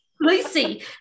Lucy